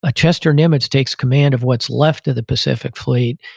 ah chester nimitz takes command of what's left of the pacific fleet,